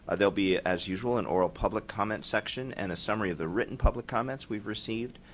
ah they'll be as usual, and oral public comment section and a summary of the written public comments we received.